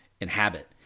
inhabit